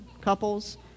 couples